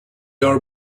are